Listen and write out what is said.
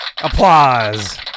Applause